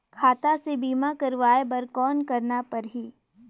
खाता से बीमा करवाय बर कौन करना परही?